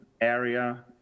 area